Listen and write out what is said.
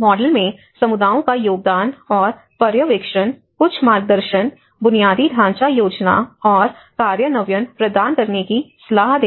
model में समुदायों का योगदान और पर्यवेक्षण कुछ मार्गदर्शन बुनियादी ढांचा योजना और कार्यान्वयन प्रदान करने की सलाह देते हैं